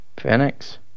Phoenix